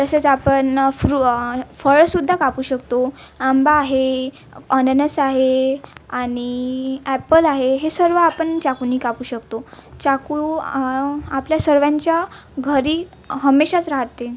तसंच आपण फ्रू फळसुद्धा कापू शकतो आंबा आहे अननस आहे आणि अॅपल आहे हे सर्व आपण चाकूनी कापू शकतो चाकू आपल्या सर्व्यांच्या घरी हमेशाच राहते